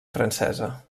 francesa